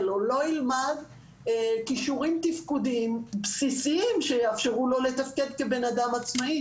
או לא ילמד כישורים תפקודיים בסיסיים שיאפשרו לו לתפקד כבן אדם עצמאי?